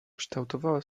kształtowała